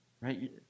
right